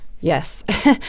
Yes